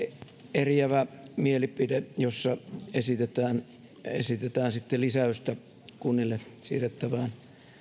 eriävä mielipide jossa esitetään esitetään lisäystä kunnille siirrettävään